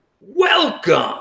Welcome